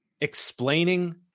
explaining